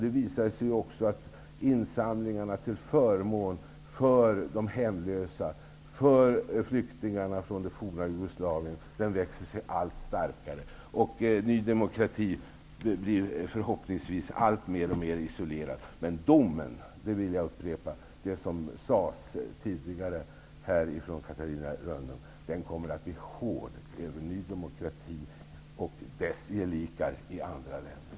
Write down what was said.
Det visar sig också att insamlingarna till förmån för de hemlösa och för flyktingarna från det forna Jugoslavien växer sig allt starkare, och Ny demokrati blir förhoppningsvis alltmer isolerat. Rönnung och som jag vill upprepa, kommer att bli hård över Ny demokrati och dess gelikar i andra länder.